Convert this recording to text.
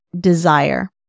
desire